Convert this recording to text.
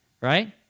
right